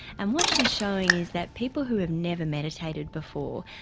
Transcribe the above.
and what she showing is that people who have never meditated before,